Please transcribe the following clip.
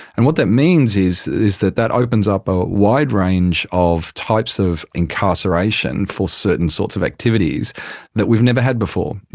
and what that means is is that that opens up a wide range of types of incarceration for certain sorts of activities that we've never had before.